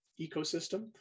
Ecosystem